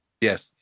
Yes